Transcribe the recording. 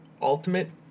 ultimate